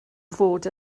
fod